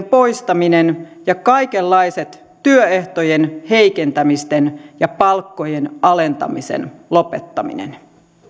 poistaminen ja kaikenlaisten työehtojen heikentämisten ja palkkojen alentamisen lopettaminen